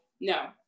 No